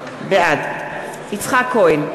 בעד יצחק כהן,